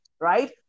right